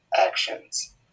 actions